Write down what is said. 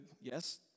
yes